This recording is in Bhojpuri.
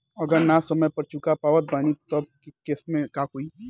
अगर ना समय पर चुका पावत बानी तब के केसमे का होई?